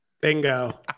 Bingo